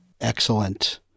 Excellent